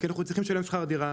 כי אנחנו צריכים לשלם שכר דירה.